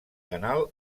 canal